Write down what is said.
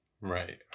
right